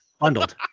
Bundled